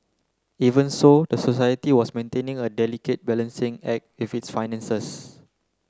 even so the society was maintaining a delicate balancing act with its finances